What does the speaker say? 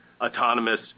autonomous